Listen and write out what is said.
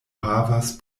havas